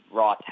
raw